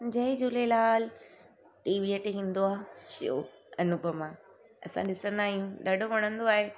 जय झूलेलाल टीवीअ ते ईंदो आहे शो अनुपमा असां ॾिसंदा आहियूं ॾाढो वणंदो आहे